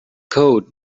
code